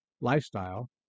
lifestyle